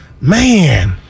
man